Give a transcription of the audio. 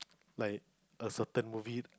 like a certain movie